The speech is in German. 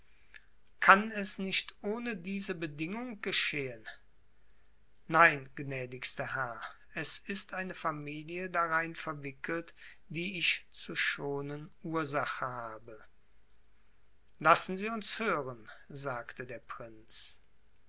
kann es nicht ohne diese bedingung geschehen nein gnädigster herr es ist eine familie darein verwickelt die ich zu schonen ursache habe lassen sie uns hören sagte der prinz